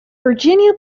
virginia